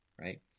right